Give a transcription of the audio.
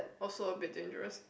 also a bit dangerous